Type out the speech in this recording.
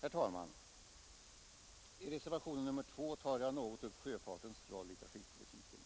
Herr talman! I reservationen 2 tar jag något upp sjöfartens roll i trafikpolitiken.